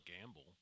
gamble